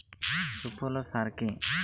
সুফলা সার কি?